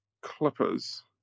Clippers